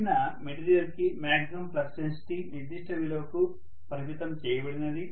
ఇచ్చిన మెటీరియల్ కి maximum flux density నిర్దిష్ట విలువకు పరిమితం చేయబడింది